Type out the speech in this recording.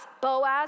Boaz